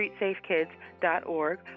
streetsafekids.org